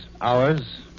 hours